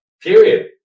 period